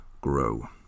grow